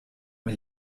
mir